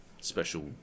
special